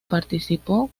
participó